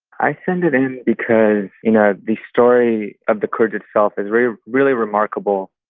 i sent it in because, you know, the story of the kurds itself is really really remarkable.